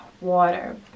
water